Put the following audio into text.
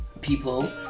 people